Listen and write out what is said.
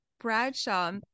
bradshaw